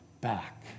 back